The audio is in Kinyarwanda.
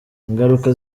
ingaruka